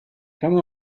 come